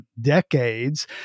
decades